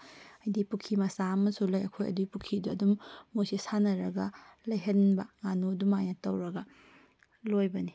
ꯍꯥꯏꯗꯤ ꯄꯨꯈ꯭ꯔꯤ ꯃꯆꯥ ꯑꯃꯁꯨ ꯂꯩ ꯑꯩꯈꯣꯏ ꯑꯗꯨꯏ ꯄꯨꯈ꯭ꯔꯤꯗꯣ ꯑꯗꯨꯝ ꯃꯣꯏꯁꯤ ꯁꯥꯟꯅꯔꯒ ꯂꯩꯍꯟꯕ ꯉꯥꯅꯨ ꯑꯗꯨꯃꯥꯏꯅ ꯇꯧꯔꯒ ꯂꯣꯏꯕꯅꯤ